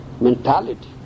mentality